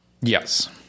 yes